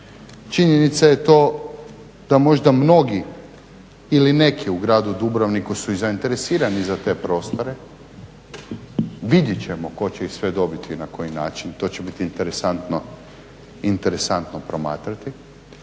Činjenica je to da možda mnogi ili neki u gradu Dubrovniku su zainteresirani za te prostore, vidit ćemo tko će ih sve dobiti na koji način, to će biti interesantno promatrati